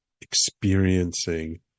experiencing